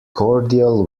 cordial